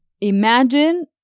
Imagine